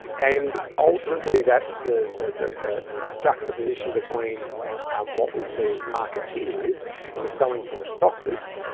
and ultimately that's the, the, the, the juxtaposition between um what we see as marketeers who was selling from a stock list.